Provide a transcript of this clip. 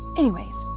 anyways,